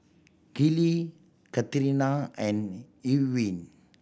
Gillie Katarina and Ewin